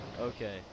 Okay